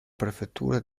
prefettura